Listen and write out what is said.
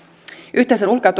yhteisen ulko ja